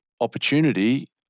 opportunity